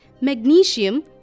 magnesium